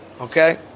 Okay